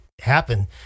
happen